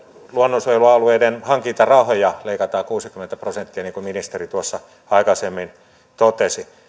luonnonsuojelualueiden hankintarahoja leikataan kuusikymmentä prosenttia niin kuin ministeri tuossa aikaisemmin totesi